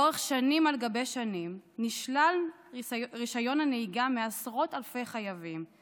לאורך שנים על גבי שנים נשלל רישיון הנהיגה מעשרות אלפי חייבים.